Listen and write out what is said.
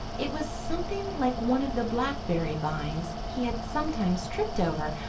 it was something like one of the blackberry vines he had sometimes tripped over,